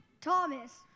Thomas